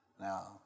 Now